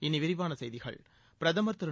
இனி விரிவான செய்திகள் பிரதமர் திரு